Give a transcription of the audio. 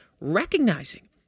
Recognizing